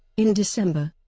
in december,